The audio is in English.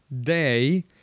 day